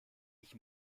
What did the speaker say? ich